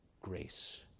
grace